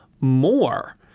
more